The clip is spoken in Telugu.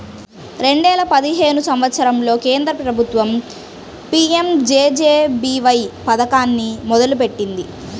రెండేల పదిహేను సంవత్సరంలో కేంద్ర ప్రభుత్వం పీయంజేజేబీవై పథకాన్ని మొదలుపెట్టింది